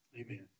Amen